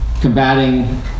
combating